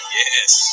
yes